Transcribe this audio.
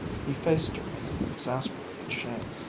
he faced her in an exasperated shame.